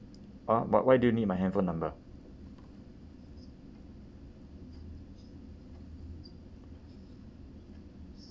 !huh! but why do you need my handphone number